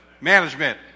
Management